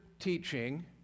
Teaching